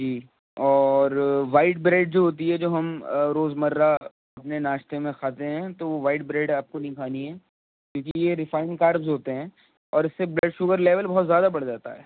جی اور white bread جو ہوتی ہے جو ہم روز مرہ اپنے ناشتے میں کھاتے ہیں تو وہ وائٹ بریڈ آپ کو نہیں کھانی ہے کیونکہ یہ ریفائن کاربز ہوتے ہیں اور اس سے بلڈ شوگر لیول بہت زیادہ بڑھ جاتا ہے